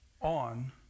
on